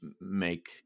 make